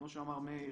כמו שאמר מאיר,